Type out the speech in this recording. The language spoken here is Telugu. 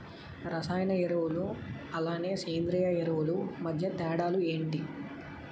రసాయన ఎరువులు అలానే సేంద్రీయ ఎరువులు మధ్య తేడాలు ఏంటి?